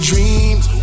Dreams